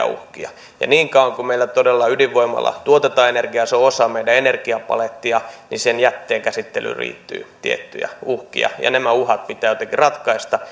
uhkia ja niin kauan kuin meillä todella ydinvoimalla tuotetaan energiaa ja se on osa meidän energiapalettiamme sen jätteen käsittelyyn liittyy tiettyjä uhkia ja nämä uhat pitää jotenkin ratkaista